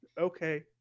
okay